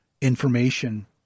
information